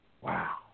Wow